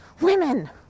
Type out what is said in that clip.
Women